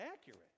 accurate